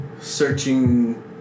searching